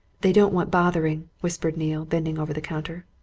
they don't want bothering, whispered neale, bending over the counter.